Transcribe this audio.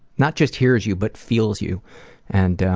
not just hears you but feels you and, um,